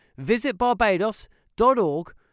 visitbarbados.org